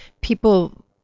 people